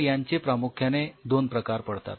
तर यांचे प्रामुख्याने दोन प्रकार पडतात